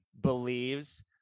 believes